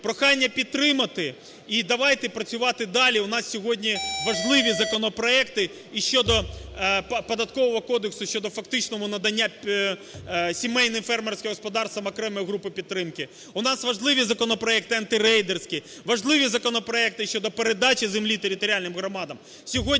прохання підтримати. І давайте працювати далі. У нас сьогодні важливі законопроекти і щодо Податкового кодексу, щодо фактичного надання сімейним фермерським господарствам окремої групи підтримки. У нас важливі законопроекти антирейдерські. Важливі законопроекти щодо передачі землі територіальним громадам.